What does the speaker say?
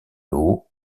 haut